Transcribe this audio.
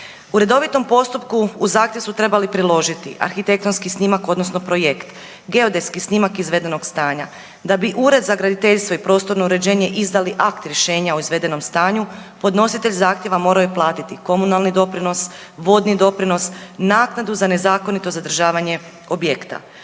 U redovitom postupku uz zahtjev su trebali priložiti arhitektonski snimak odnosno projekt, geodetski snimak izvedenog stanja. Da bi Ured za graditeljstvo i prostorno uređenje izdali akt rješenja o izvedenom stanju podnositelj zahtjeva morao je platiti komunalni doprinos, vodni doprinos, naknadu za nezakonito zadržavanje objekta.